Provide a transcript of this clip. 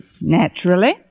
Naturally